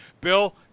Bill